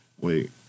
Wait